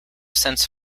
sense